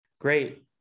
great